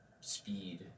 speed